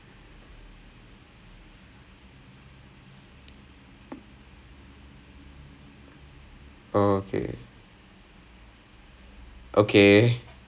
err இவன்:ivan kirthika னு யாரோ ஒருதொங்கே:nu yaaro oruthongae mridula னு யாரோ ஒருதொங்கே இவங்க எல்லாம்:nu yaaro oruthongae ivanga ellaam A_J போல இருக்கு:pola irukku I'm not sure again I think I'm not good with this kind of stuff ah but I think but